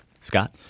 Scott